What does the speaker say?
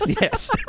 Yes